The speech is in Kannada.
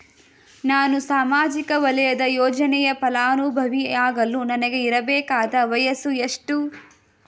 ನಾನು ಸಾಮಾಜಿಕ ವಲಯದ ಯೋಜನೆಯ ಫಲಾನುಭವಿ ಯಾಗಲು ನನಗೆ ಇರಬೇಕಾದ ವಯಸ್ಸು ಎಷ್ಟು?